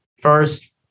First